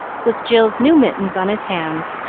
with jill's new mittens on his hands,